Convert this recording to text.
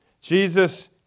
Jesus